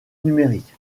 numérique